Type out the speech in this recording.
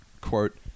Quote